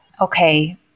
okay